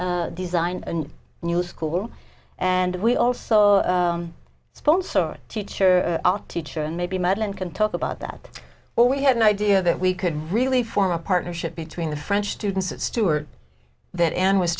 to design and new school and we also sponsor teacher teacher and maybe madeline can talk about that or we had an idea that we could really form a partnership between the french students at stewart that ann was